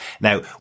Now